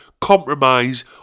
Compromise